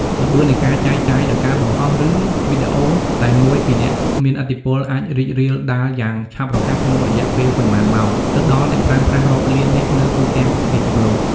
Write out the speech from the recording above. ល្បឿននៃការចែកចាយដោយការបង្ហោះឬវីដេអូតែមួយពីអ្នកមានឥទ្ធិពលអាចរីករាលដាលយ៉ាងឆាប់រហ័សក្នុងរយៈពេលប៉ុន្មានម៉ោងទៅដល់អ្នកប្រើប្រាស់រាប់លាននាក់នៅទូទាំងពិភពលោក។